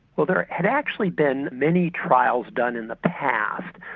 well there had actually been many trials done in the past,